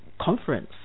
conference